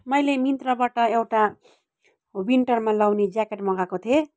मैले मिन्त्राबाट एउटा विन्टरमा लगाउने ज्याकेट मगाएको थिएँ